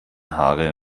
haare